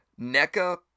Neca